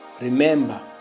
Remember